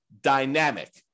dynamic